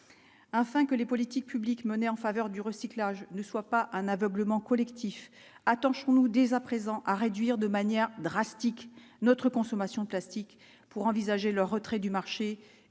afin que les politiques publiques menées en faveur du recyclage ne soit pas un aveuglement collectif attention nous dès à présent à réduire de manière drastique, notre consommation plastique pour envisager le retrait du marché